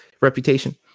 reputation